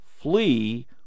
flee